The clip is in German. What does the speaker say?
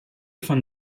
von